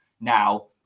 now